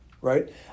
right